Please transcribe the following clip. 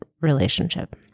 relationship